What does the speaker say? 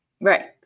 Right